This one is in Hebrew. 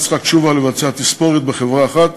יצחק תשובה לבצע תספורת בחברה אחת